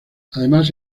además